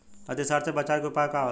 अतिसार से बचाव के उपाय का होला?